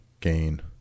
gain